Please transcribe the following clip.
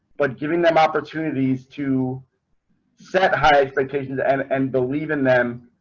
but giving them opportunities to set high expectations and and believe in them.